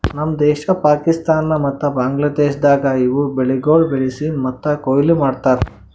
ನಮ್ ದೇಶ, ಪಾಕಿಸ್ತಾನ ಮತ್ತ ಬಾಂಗ್ಲಾದೇಶದಾಗ್ ಇವು ಬೆಳಿಗೊಳ್ ಬೆಳಿಸಿ ಮತ್ತ ಕೊಯ್ಲಿ ಮಾಡ್ತಾರ್